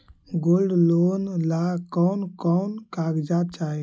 Gold loan ला कौन कौन कागजात चाही?